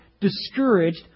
discouraged